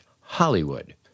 Hollywood